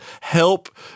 help